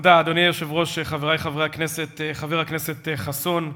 אדוני היושב-ראש, תודה, חבר הכנסת חסון,